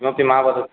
किमपि मा वदतु